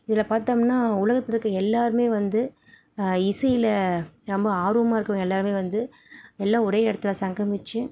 இதில் பார்த்தோம்னா உலகத்தில் இருக்க எல்லோருமே வந்து இசையில் ரொம்ப ஆர்வமாக இருக்கவங்க எல்லோருமே வந்து எல்லாம் ஒரே இடத்துல சங்கமித்து